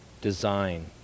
design